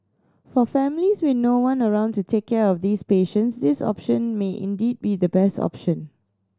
for families with no one around to take care of these patients this option may indeed be the best option